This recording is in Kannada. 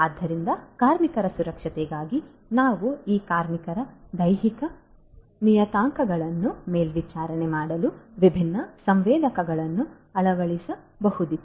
ಆದ್ದರಿಂದ ಕಾರ್ಮಿಕರ ಸುರಕ್ಷತೆಗಾಗಿ ನಾವು ಈ ಕಾರ್ಮಿಕರ ದೈಹಿಕ ನಿಯತಾಂಕಗಳನ್ನು ಮೇಲ್ವಿಚಾರಣೆ ಮಾಡಲು ವಿಭಿನ್ನ ಸಂವೇದಕಗಳನ್ನು ಅಳವಡಿಸಬಹುದಿತ್ತು